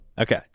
Okay